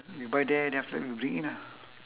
we buy there then after that we bring in ah